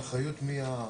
באחריות מי?